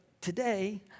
Today